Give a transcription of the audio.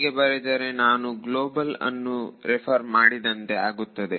ಹೀಗೆ ಬರೆದರೆ ನಾನು ಗ್ಲೋಬಲ್ ಅನ್ನು ರೆಫರ್ ಮಾಡಿದಂತೆ ಆಗುತ್ತದೆ